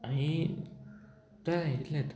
आनी जालें इतलेंच